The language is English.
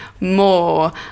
more